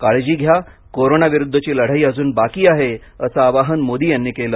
काळजी घ्या कोरोना विरुद्धची लढाई अजून बाकी आहे असं आवाहन मोदी यांनी केलं